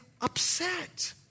upset